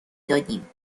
دادیم